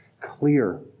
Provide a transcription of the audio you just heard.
clear